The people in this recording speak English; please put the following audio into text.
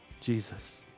Jesus